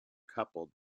coupled